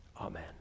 Amen